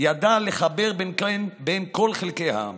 ידע לחבר בין כל חלקי העם